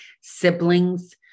siblings